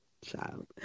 child